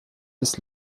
des